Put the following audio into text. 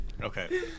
Okay